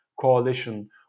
coalition